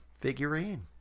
figurine